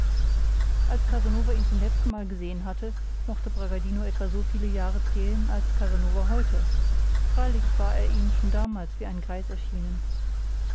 als casanova ihn zum letztenmal gesehen hatte mochte bragadino etwa so viele jahre zählen als casanova heute freilich war er ihm schon damals wie ein greis erschienen